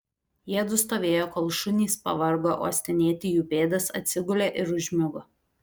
jiedu stovėjo kol šunys pavargo uostinėti jų pėdas atsigulė ir užmigo